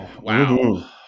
Wow